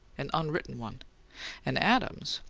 an unwritten one and adams,